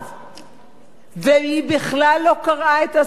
והיא בכלל לא קראה את הספר כנראה.